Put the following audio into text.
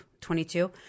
22